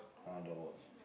I want the watch